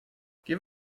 give